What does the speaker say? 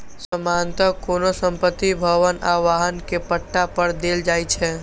सामान्यतः कोनो संपत्ति, भवन आ वाहन कें पट्टा पर देल जाइ छै